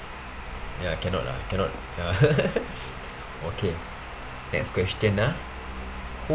ya cannot lah cannot ya okay next question ah who